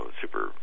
super